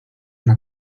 una